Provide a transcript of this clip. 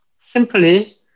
simply